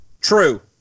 True